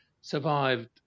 survived